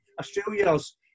Australia's